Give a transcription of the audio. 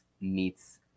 meets